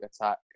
attack